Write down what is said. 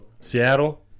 Seattle